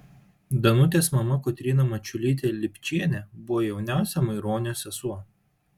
danutės mama kotryna mačiulytė lipčienė buvo jauniausia maironio sesuo